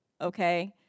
okay